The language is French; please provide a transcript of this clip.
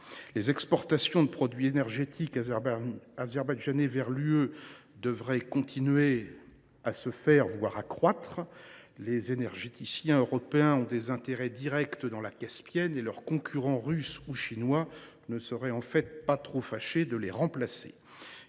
Les exportations des produits énergétiques azerbaïdjanais vers l’Union européenne devraient se maintenir, voire croître. Certains énergéticiens européens ont des intérêts directs dans la Caspienne ; leurs concurrents russes ou chinois ne seraient pas fâchés de les remplacer.